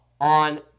on